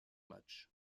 match